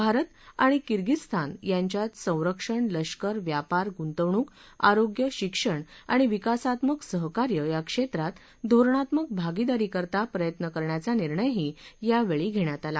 भारत आणि किगिंझस्तान यांच्यात संरक्षण लष्कर व्यापार गुंतवणूक आरोग्य शिक्षण आणि विकासात्मक सहकार्य या क्षेत्रात धोरणात्मक भागिदारी करता प्रयत्न करण्याचा निर्णयही यावेळी घेण्यात आला